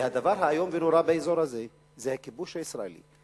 והדבר האיום ונורא באזור הזה זה הכיבוש הישראלי.